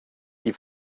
die